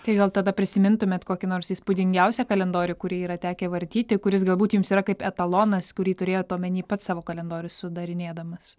tai gal tada prisimintumėt kokį nors įspūdingiausią kalendorių kurį yra tekę vartyti kuris galbūt jums yra kaip etalonas kurį turėjot omeny pats savo kalendorių sudarinėdamas